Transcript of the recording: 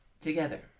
together